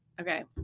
Okay